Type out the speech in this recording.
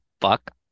fuck